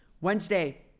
Wednesday